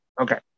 Okay